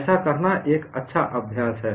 ऐसा करना एक अच्छा अभ्यास है